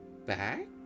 back